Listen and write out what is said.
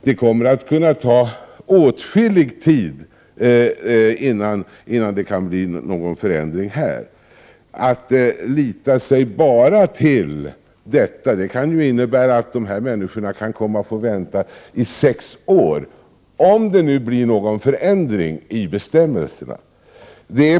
Det kommer att ta åtskillig tid innan det går att åstadkomma någon förändring i detta avseende. Att enbart förlita sig på detta kan innebära att dessa människor kan komma att få vänta i sex år, om det nu blir någon förändring i bestämmelserna.